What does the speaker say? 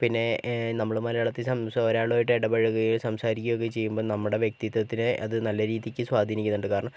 പിന്നെ നമ്മള് മലയാളത്തില് സംസാ ഒരാളും ആയിട്ട് ഇടപഴകുകയോ സംസാരിക്കുകയോ ഒക്കെ ചെയ്യുമ്പോൾ നമ്മുടെ വ്യക്തിത്വത്തിന് അത് നല്ല രീതിക്ക് സ്വാധീനിക്കുന്നുണ്ട് കാരണം